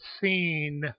seen